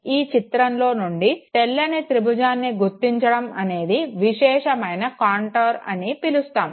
ఈ చిత్రంలో నుండి తెల్లని త్రిభుజాన్ని గుర్తించడం అనేది విశేషమైన కాంటోర్ అని పిలుస్తాము